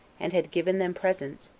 and had given them presents,